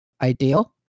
ideal